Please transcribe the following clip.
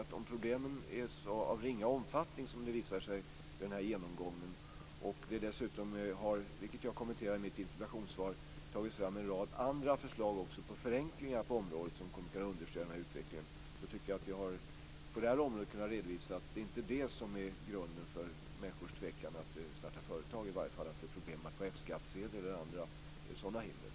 Men om problemen är av ringa omfattning, som det visar sig vid den här genomgången, och om det dessutom - vilket jag kommenterade i mitt interpellationssvar - har tagits fram en rad andra förslag på förenklingar på området som kommer att kunna understödja utvecklingen, tycker jag att vi på det här området har kunnat redovisa att det inte är det som är grunden för människors tvekan att starta företag. Det beror i varje fall inte på att det är problem att få F-skattsedel eller andra sådana hinder.